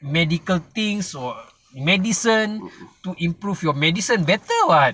medical things or medicine to improve your medicine better [what]